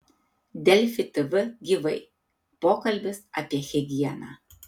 delfi tv gyvai pokalbis apie higieną